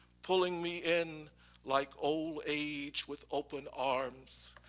pulling me in like old age with open arms.